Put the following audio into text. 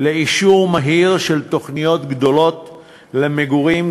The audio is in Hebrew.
לאישור מהיר של תוכניות גדולות למגורים,